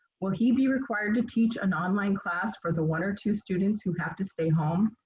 will he be required to teach an online class for the one or two students who have to stay home?